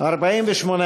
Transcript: לסעיף 1 לא נתקבלה.